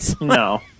No